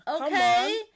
okay